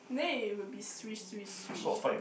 they will be swish swish swish